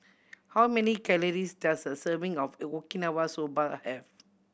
how many calories does a serving of Okinawa Soba have